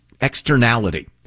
externality